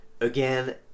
Again